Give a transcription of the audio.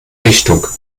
richtung